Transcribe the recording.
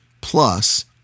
plus